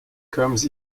comes